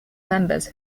members